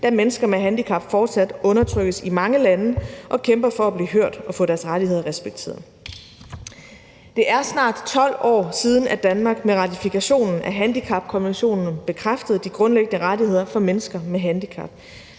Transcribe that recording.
da mennesker med handicap fortsat undertrykkes i mange lande og kæmper for at blive hørt og få deres rettigheder respekteret. Det er snart 12 år siden, at Danmark med ratifikationen af handicapkonventionen bekræftede de grundlæggende rettigheder for mennesker med handicap.